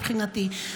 מבחינתי.